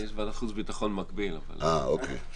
בוקר טוב, אני